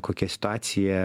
kokia situacija